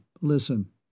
Listen